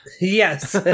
Yes